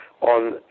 on